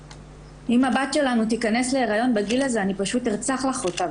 אם הבת שלנו תיכנס להיריון בגיל הזה אני פשוט ארצח לך אותה,